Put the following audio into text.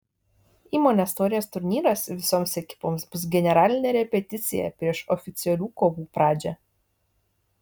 įmonės taurės turnyras visoms ekipoms bus generalinė repeticija prieš oficialių kovų pradžią